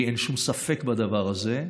לי אין שום ספק בדבר הזה,